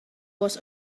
was